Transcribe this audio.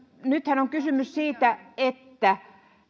nythän on kysymys siitä että